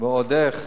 ועוד איך.